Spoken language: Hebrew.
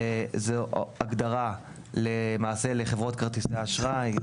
זו הגדרה למעשה לחברות כרטיסי האשראי,